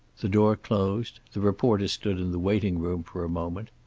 the door closed. the reporter stood in the waiting-room for a moment.